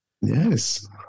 Yes